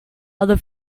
are